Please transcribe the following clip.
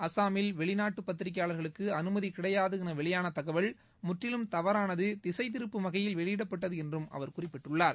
அசாமில் வெளிநாட்டு பத்திரிகையாளர்களுக்கு அனுமதி கிடையாது என வெளியான தகவல் முற்றிலும் தவறானது திசைதிருப்பும் வகையில் வெளியிடப்பட்டது என்றும் அவர் குறிப்பிட்டுள்ளார்